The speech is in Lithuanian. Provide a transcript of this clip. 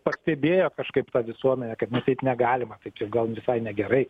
pastebėjo kažkaip tą visuomenė kad matyt negalima taip jau gal visai negerai